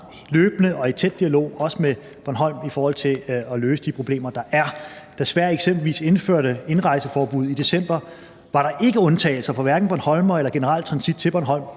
løbende og i tæt dialog, også med Bornholm, i forhold til at løse de problemer, der er. Da Sverige eksempelvis indførte indrejseforbud i december, var der ikke undtagelser, hverken for bornholmere eller den generelle transit til Bornholm,